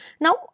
Now